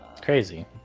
Crazy